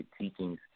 teachings